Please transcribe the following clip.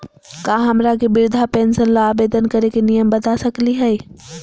का हमरा के वृद्धा पेंसन ल आवेदन करे के नियम बता सकली हई?